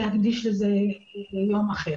להדגיש לזה דיון אחר.